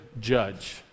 judge